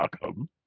welcome